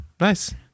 Nice